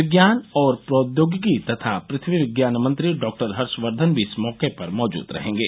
विज्ञान और प्रौद्योगिकी तथा पृथ्वी विज्ञान मंत्री डॉक्टर हर्षवर्धन भी इस मौके पर मौजूद रहेंगे